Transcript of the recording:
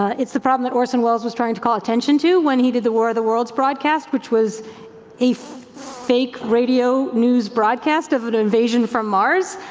it's the problem that orson welles was trying to call attention to when he did the war of the worlds broadcast which was a fake radio news broadcast of an invasion from mars.